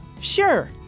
Sure